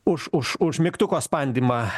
už už už mygtuko spandymą